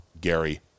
Gary